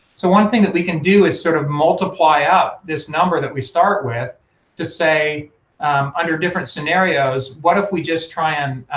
so one thing that we can do is sort of multiply up this number that we start with to say under different scenarios what if we just try and,